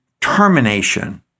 termination